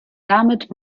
damit